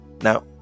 Now